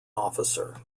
officer